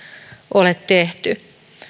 ole tehty